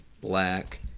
black